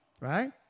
right